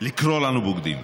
לקרוא לנו בוגדים.